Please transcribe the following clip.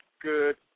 good